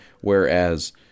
Whereas